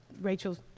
Rachel's